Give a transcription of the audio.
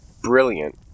brilliant